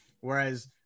Whereas